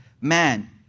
Man